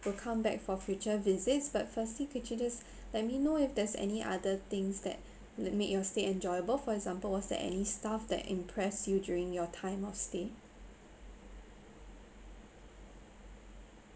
will come back for future visits but firstly could you just let me know if there's any other things that like made your stay enjoyable for example was there any staff that impressed you during your time of stay